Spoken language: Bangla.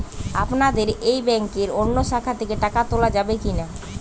আপনাদের এই ব্যাংকের অন্য শাখা থেকে টাকা তোলা যাবে কি না?